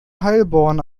heilbronn